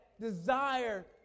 desire